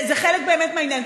זה באמת חלק מהעניין.